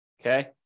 Okay